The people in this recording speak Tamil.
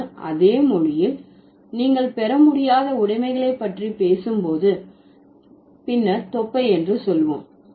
ஆனால் அதே மொழியில் நீங்கள் பெறமுடியாத உடைமைகளை பற்றி பேசும் போது பின்னர் தொப்பை என்று சொல்வோம்